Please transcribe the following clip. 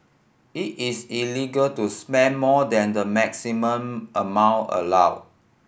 it is illegal to spend more than the maximum amount allowed